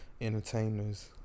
entertainers